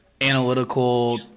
analytical